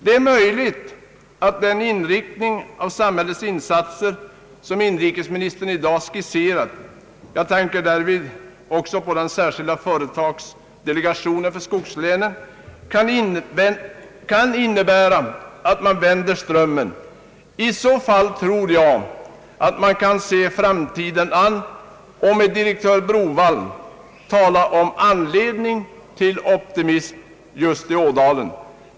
Det är möjligt att den inriktning av samhällets insatser som inrikesministern i dag skisserat — jag tänker därvid också på den särskilda företagsdelegationen för skogslänen — kan innebära att man vänder strömmen. I så fall tror jag att man utan oro kan se framtiden an och med direktör Browaldh tala om »anledning till optimism just i Ådalen».